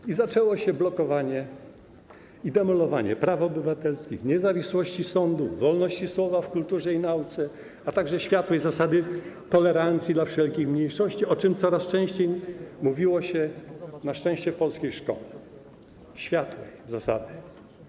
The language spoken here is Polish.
I zaczęło się blokowanie i demolowanie praw obywatelskich, niezawisłości sądów, wolności słowa w kulturze i nauce, a także światłej zasady tolerancji dla wszelkich mniejszości, o czym coraz częściej mówiło się na szczęście w polskiej szkole, światłej z zasady.